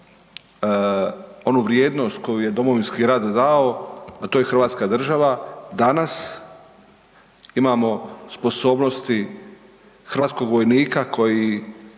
hrvatska država, danas imamo sposobnosti hrvatskog vojnika koji